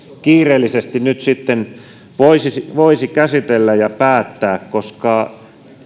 kiireellisesti nyt sitten voisi voisi käsitellä ja päättää koska